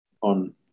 on